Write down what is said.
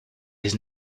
his